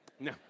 No